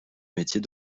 métier